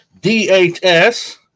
DHS